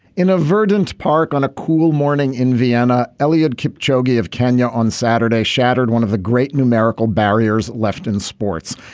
in a verdant park on a cool morning in vienna elliot kept chugging of kenya on saturday shattered one of the great numerical barriers left in sports.